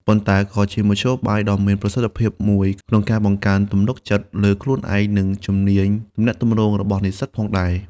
ប៉ុន្តែក៏ជាមធ្យោបាយដ៏មានប្រសិទ្ធភាពមួយក្នុងការបង្កើនទំនុកចិត្តលើខ្លួនឯង និងជំនាញទំនាក់ទំនងរបស់និស្សិតផងដែរ។